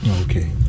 okay